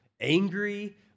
angry